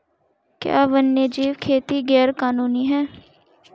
क्या वन्यजीव खेती गैर कानूनी है?